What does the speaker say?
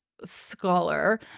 scholar